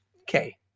Okay